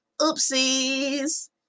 Oopsies